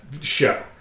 show